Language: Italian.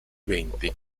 venti